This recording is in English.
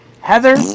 Heather